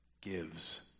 gives